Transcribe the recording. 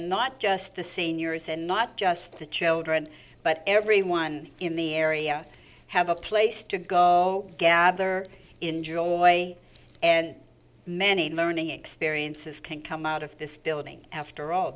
not just the seniors and not just the children but everyone in the area have a place to go gather enjoy and many learning experiences can come out of this building after all